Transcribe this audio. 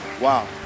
wow